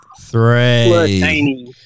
Three